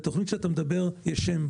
לתוכנית עליה אתה מדבר יש שם.